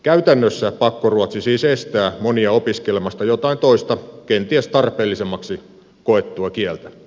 käytännössä pakkoruotsi siis estää monia opiskelemasta jotain toista kenties tarpeellisemmaksi koettua kieltä